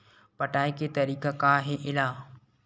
पटाय के तरीका का हे एला?